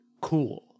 cool